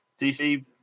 DC